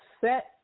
set